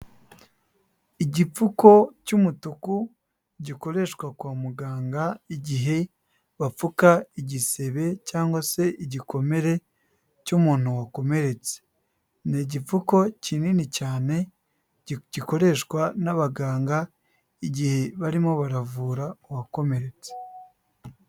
Igipfuko cy'umutuku gikoreshwa kwa muganga, igihe bapfuka igisebe cyangwa se igikomere cy'umuntu wakomeretse, ni igipfuko kinini cyane gikoreshwa n'abaganga igihe barimo baravura uwakomeretse.